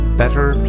better